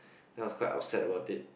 then I was quite upset about it